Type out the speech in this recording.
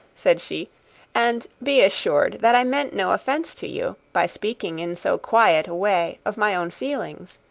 said she and be assured that i meant no offence to you, by speaking, in so quiet a way, of my own feelings.